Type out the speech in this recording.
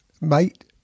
mate